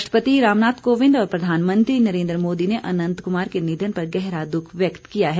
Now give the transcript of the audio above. राष्ट्रपति रामनाथ कोविंद और प्रधानमंत्री नरेंद्र मोदी ने अनंत कुमार के निधन पर गहरा दुख व्यक्त किया है